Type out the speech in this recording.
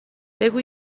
بگو